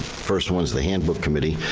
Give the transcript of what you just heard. first one is the handbook committee.